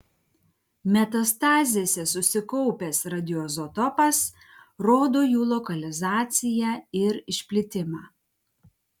metastazėse susikaupęs radioizotopas rodo jų lokalizaciją ir išplitimą